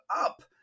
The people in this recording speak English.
up